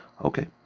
Okay